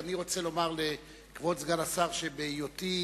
רק אני רוצה לומר לכבוד סגן השר שבתוקף היותי,